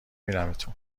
بینمتون